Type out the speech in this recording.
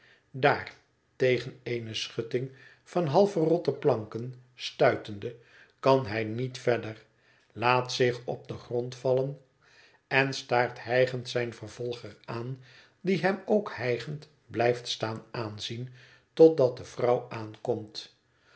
daar tegen eene schutting van half verrotte planken stuitende kan hij niet verder laat zich op den grond vallen en staart hijgend zijn vervolger aan die hem ook hijgend blijft staan aanzien totdat de vrouw aankomt